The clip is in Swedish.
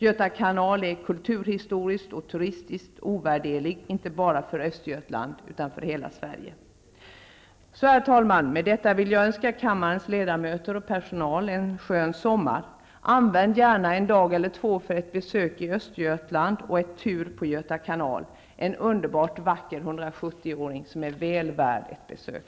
Göta kanal är kulturhistoriskt och turistiskt ovärderlig, inte bara för Östergötland utan för hela Sverige. Herr talman! Med det anförda vill jag önska kammarens ledamöter och personal en skön sommar. Använd gärna en dag eller två för ett besök i Östergötland och en tur på Göta kanal, en underbart vacker 170-åring som är väl värd ett besök.